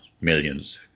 millions